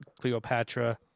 Cleopatra